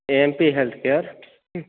M P health care